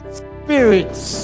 spirits